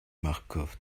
marcof